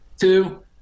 Two